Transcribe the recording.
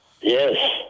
Yes